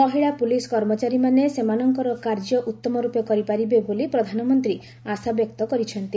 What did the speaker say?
ମହିଳା ପୁଲିସ୍ କର୍ମଚାରୀମାନେ ସେମାନଙ୍କର କାର୍ଯ୍ୟ ଉତ୍ତମଚ୍ଚପେ କରିପାରିବେ ବୋଲି ପ୍ରଧାନମନ୍ତ୍ରୀ ଆଶାବ୍ୟକ୍ତ କରିଛନ୍ତି